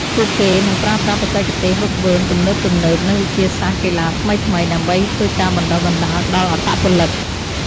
ពួកគេនឹងប្រើប្រាស់បច្ចេកទេសហ្វឹកហ្វឺនទំនើបៗ និងវិទ្យាសាស្ត្រកីឡាថ្មីៗ ដើម្បីធ្វើការបណ្តុះបណ្តាលដល់អត្តពលិក។